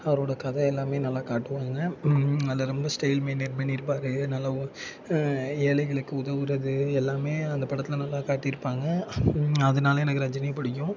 அவரோடய கதை எல்லாமே நல்ல காட்டுவாங்க அதில் ரொம்ப ஸ்டைல் மெயின்டெய்ன் பண்ணியிருப்பாரு நல்லாவும் ஏழைகளுக்கு உதவுகிறது எல்லாமே அந்த படத்தில் நல்லா காட்டியிருப்பாங்க அதனால எனக்கு ரஜினியை பிடிக்கும்